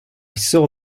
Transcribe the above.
saw